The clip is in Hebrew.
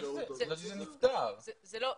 זו לא בעיה,